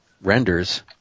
renders